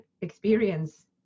experience